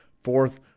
Fourth